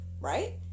right